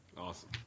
Awesome